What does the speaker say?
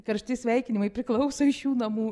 karšti sveikinimai priklauso iš šių namų